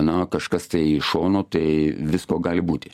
na kažkas tai šono tai visko gali būti